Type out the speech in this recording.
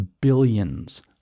billions